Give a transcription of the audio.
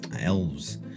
elves